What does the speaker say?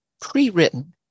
pre-written